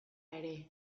ere